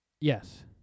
Yes